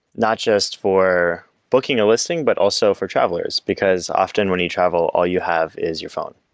not just for booking a listing, but also for travelers, because often when you travel, all you have is your phone.